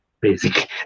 basic